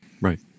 Right